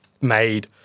made